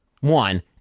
one